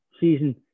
season